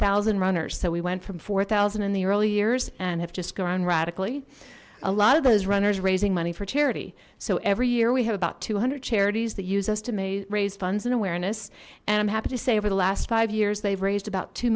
thousand runners so we went from four zero in the early years and have just grown radically a lot of those runners raising money for charity so every year we have about two hundred charities that use us to may raise funds and awareness and i'm happy to say over the last five years they've raised about two